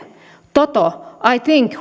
toto yksi think